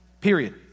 Period